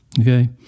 Okay